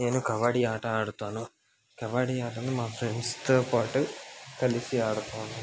నేను కబడ్డీ ఆట ఆడుతాను కబడ్డీ ఆటను మా ఫ్రెండ్స్తో పాటు కలిసి ఆడతాను